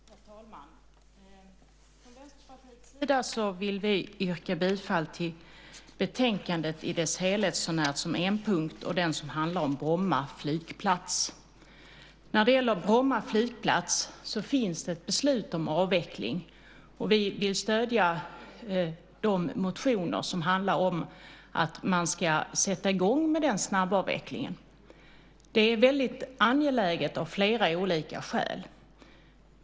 Herr talman! Från Vänsterpartiets sida vill vi yrka bifall till förslaget i betänkandet i dess helhet sånär som på en punkt, den som handlar om Bromma flygplats. Det finns ett beslut om avveckling av Bromma flygplats, och vi vill stödja de motioner som handlar om att man ska sätta i gång med den snabbavvecklingen. Det är väldigt angeläget av flera olika skäl.